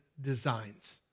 designs